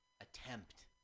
attempt